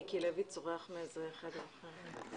נשפה שזה באמצע הדרך בין צומת הערבה פחות או יותר,